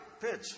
pitch